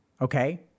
okay